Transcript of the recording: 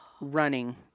running